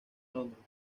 londres